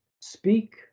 speak